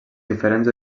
diferents